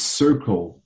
circle